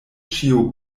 ĉiu